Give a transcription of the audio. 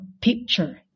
picture